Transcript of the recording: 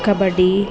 kabaddi